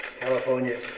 California